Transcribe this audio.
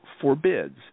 forbids